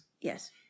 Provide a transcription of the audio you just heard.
Yes